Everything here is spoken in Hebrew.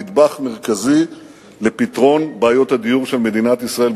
נדבך מרכזי לפתרון בעיות הדיור של מדינת ישראל.